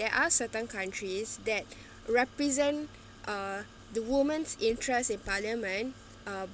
there are certain countries that represent uh the woman's interest in parliament um